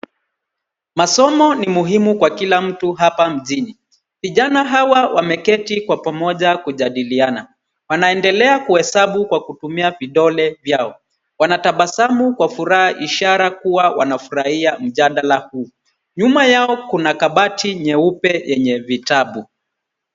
Masomo ni muhimu kwa kila mtu hapa mjini. Vijana hawa wameketi kwa pamoja ili kijadilia. wanaendelea kuhesabu kwa kutumia vidole vyao. Wanatabasamu kwa furaha ishara kuwa wanafurahia mjadala huu. Nyuma yao kuna kabati nyeupe yenye vitabu